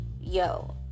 yo